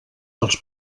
dels